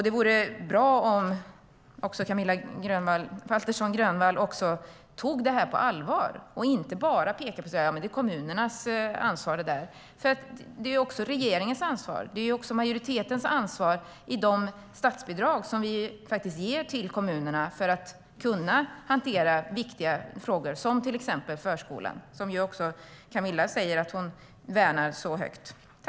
Det vore bra om Camilla Waltersson Grönvall tog detta på allvar och inte bara pekade på att det är kommunernas ansvar. Det är också regeringens och majoritetens ansvar med de statsbidrag som vi ger till kommunerna för att de ska kunna hantera viktiga frågor som till exempel förskolan, som också Camilla säger att hon värnar så mycket.